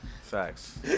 Facts